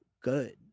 good